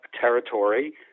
territory